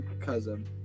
cousin